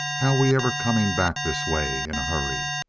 how we ever coming back this way in a hurry?